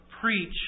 preach